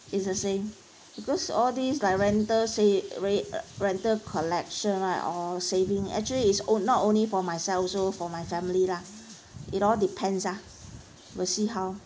it's the same because all these like rental say rate err rental collection right or saving actually is on not only for myself also for my family lah it all depends ah we'll see how